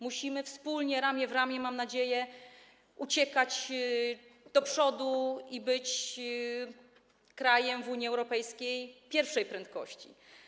Musimy wspólnie, ramię w ramię, mam nadzieję, uciekać do przodu i być krajem w Unii Europejskiej pierwszej prędkości.